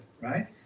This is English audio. right